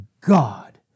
God